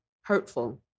hurtful